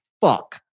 fuck